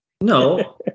No